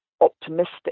optimistic